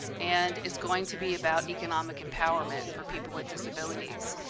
and it's going to be about economic empowerment for people with disabilities.